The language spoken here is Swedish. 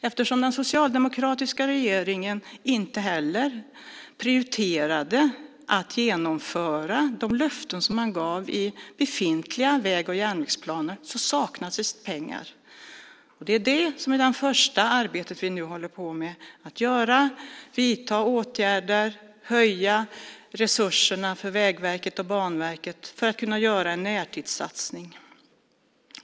Eftersom den socialdemokratiska regeringen inte heller prioriterade att genomföra de löften som man gav i befintliga väg och järnvägsplaner saknas det pengar. Det är det första arbetet som vi nu håller på med, nämligen att vidta åtgärder och öka resurserna för Vägverket och Banverket så att vi kan göra en närtidssatsning.